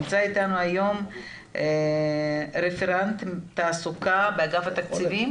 נמצא איתנו היום רפרנט תעסוקה באגף התקציבים,